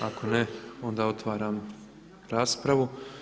Ako ne, onda otvaram raspravu.